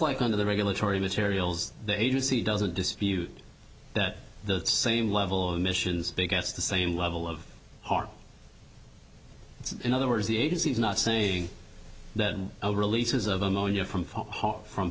like under the regulatory materials the agency doesn't dispute that the same level of emissions begets the same level of harm in other words the agency is not saying that releases of ammonia from f